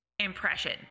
Impression